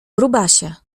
grubasie